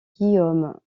guillaume